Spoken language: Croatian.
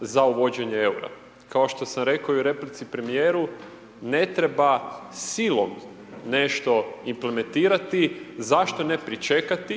za uvođenje eura. Kao što sam rekao i u replici premijeru, ne treba silom nešto implementirati, zašto ne pričekat